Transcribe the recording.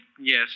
Yes